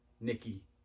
nikki